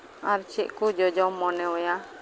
ᱟᱨ ᱪᱮᱫ ᱠᱚ ᱡᱚᱡᱚᱢ ᱢᱚᱱᱮᱣᱟᱭᱟ